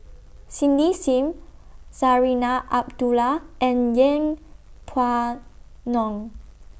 Cindy SIM Zarinah Abdullah and Yeng Pway Ngon